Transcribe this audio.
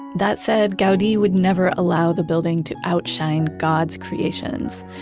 that said, gaudi would never allow the building to outshine god's creations.